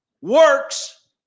works